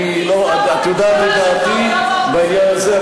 את יודעת את דעתי בעניין הזה.